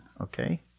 Okay